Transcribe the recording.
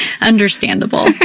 understandable